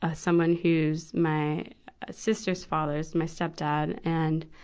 ah someone who's my sister's father, is my stepdad. and,